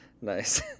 Nice